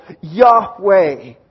Yahweh